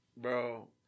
Bro